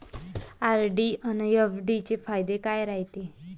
RD अन FD चे फायदे काय रायते?